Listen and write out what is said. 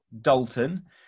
Dalton